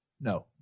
No